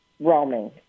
roaming